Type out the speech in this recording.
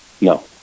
no